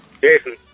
Jason